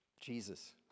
Jesus